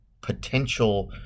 potential